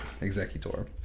executor